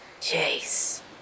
Chase